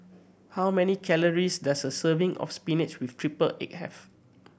how many calories does a serving of spinach with triple egg have